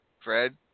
Fred